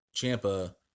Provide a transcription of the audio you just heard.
Champa